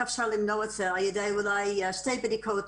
אפשר למנוע את זה על ידי אולי שתי בדיקות